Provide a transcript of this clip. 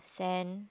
sand